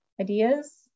ideas